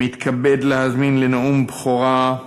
מתכבד להזמין לנאום בכורה את